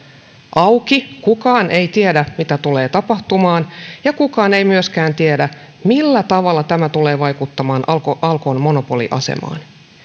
auki kukaan ei tiedä mitä tulee tapahtumaan ja kukaan ei myöskään tiedä millä tavalla tämä tulee vaikuttamaan alkon alkon monopoliasemaan